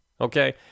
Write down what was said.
Okay